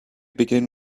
begin